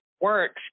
works